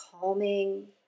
calming